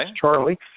Charlie